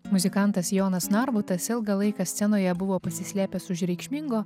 muzikantas jonas narbutas ilgą laiką scenoje buvo pasislėpęs už reikšmingo